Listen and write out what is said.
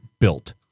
built